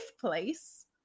place